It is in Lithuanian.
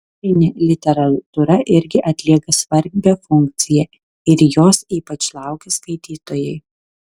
žanrinė literatūra irgi atlieka svarbią funkciją ir jos ypač laukia skaitytojai